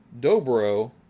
dobro